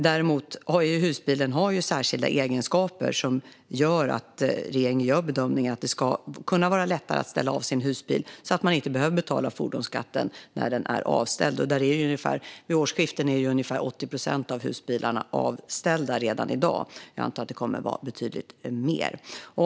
Däremot har husbilen särskilda egenskaper som gör att regeringen bedömer att det ska vara lättare att ställa av sin husbil, så att man inte behöver betala fordonsskatt när den är avställd. Redan i dag är ungefär 80 procent av husbilarna avställda runt årsskiftet. Jag antar att betydligt fler kommer att vara det.